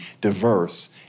diverse